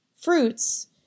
fruits